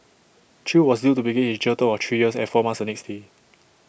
chew was due to begin his jail term of three years and four months the next day